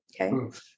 okay